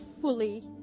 fully